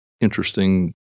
interesting